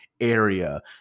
area